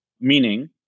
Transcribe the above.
Meaning